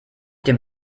dem